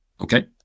Okay